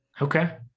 Okay